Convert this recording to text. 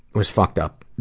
was fucked up.